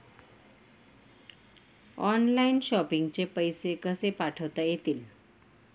Online shopping चे पैसे कसे पाठवता येतील?